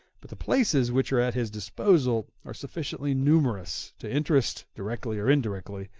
but the places which are at his disposal are sufficiently numerous to interest, directly or indirectly,